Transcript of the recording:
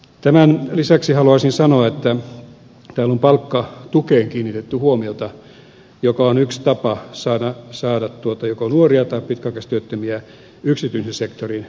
tämän lisäksi haluaisin sanoa että täällä on kiinnitetty huomiota palkkatukeen joka on yksi tapa saada joko nuoria tai pitkäaikaistyöttömiä yksityisen sektorin töihin